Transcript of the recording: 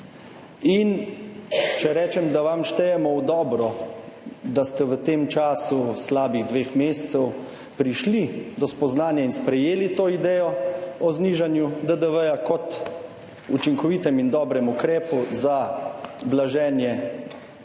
In če rečem, da vam štejemo v dobro, da ste v tem času slabih dveh mesecev prišli do spoznanja in sprejeli to idejo o znižanju DDV kot učinkovit in dober ukrep za blaženje